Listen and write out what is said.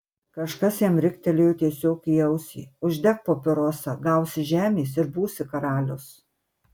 kažkas jam riktelėjo tiesiog į ausį uždek papirosą gausi žemės ir būsi karalius